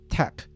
Tech